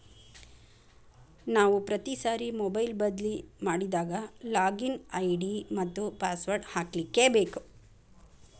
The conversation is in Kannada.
ನಾವು ಪ್ರತಿ ಸಾರಿ ಮೊಬೈಲ್ ಬದ್ಲಿ ಮಾಡಿದಾಗ ಲಾಗಿನ್ ಐ.ಡಿ ಮತ್ತ ಪಾಸ್ವರ್ಡ್ ಹಾಕ್ಲಿಕ್ಕೇಬೇಕು